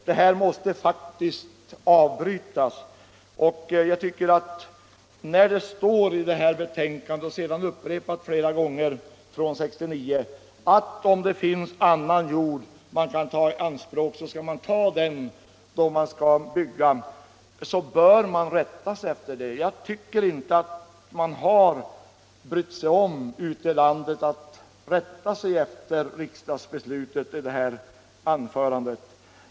Den här utvecklingen måste faktiskt avbrytas. Det står i utlåtandet från 1969 — något som sedan upprepats flera gånger efteråt — att man, om det finns annan jord som kan tas i anspråk, skall använda den. Jag tycker inte att man ute i landet har brytt sig om att rätta sig efter det här riksdagsbeslutet.